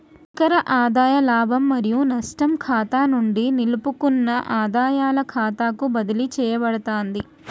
నికర ఆదాయ లాభం మరియు నష్టం ఖాతా నుండి నిలుపుకున్న ఆదాయాల ఖాతాకు బదిలీ చేయబడతాంది